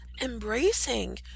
embracing